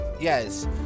Yes